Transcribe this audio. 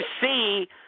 see